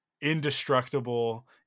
indestructible